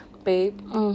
babe